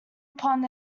upon